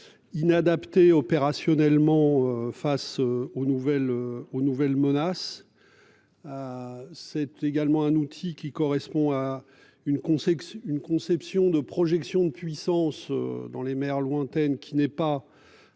Inadaptés opérationnellement face aux nouvelles aux nouvelles menaces. C'est également un outil qui correspond à une conseille une conception de projection de puissance dans les mers lointaines qui n'est pas.